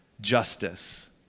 Justice